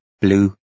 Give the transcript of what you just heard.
blue